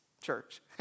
church